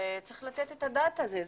וצריך לתת את הדעת על זה.